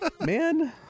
man